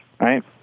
right